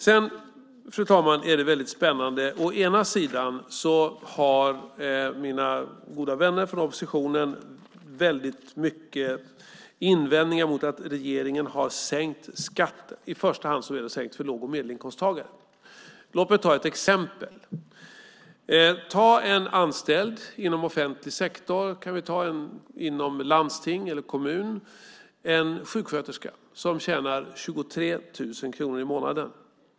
Det är mycket spännande, fru talman, att mina goda vänner från oppositionen har väldigt många invändningar mot att regeringen har sänkt skatten. I första hand är den sänkt för låg och medelinkomsttagare. Låt mig ta ett exempel. Vi kan ta en anställd inom offentlig sektor, inom landsting eller kommun, en sjuksköterska som tjänar 23 000 kronor i månaden.